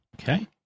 Okay